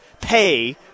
pay